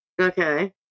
Okay